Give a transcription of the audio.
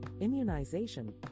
immunization